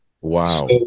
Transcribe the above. Wow